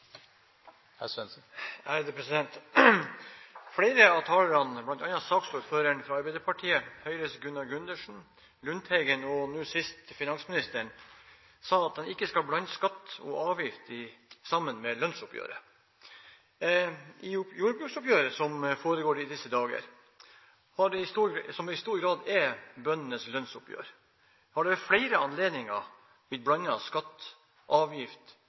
nå sist finansministeren, sa at man ikke skal blande skatter og avgifter sammen med lønnsoppgjøret. I jordbruksoppgjøret – som foregår i disse dager, og som i stor grad er bøndenes lønnsoppgjør – har man ved flere anledninger